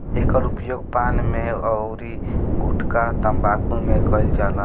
एकर उपयोग पान में अउरी गुठका तम्बाकू में कईल जाला